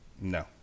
No